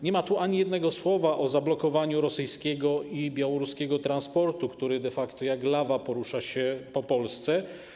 Nie ma tu ani jednego słowa o zablokowaniu rosyjskiego i białoruskiego transportu, który de facto jak lawa porusza się po Polsce.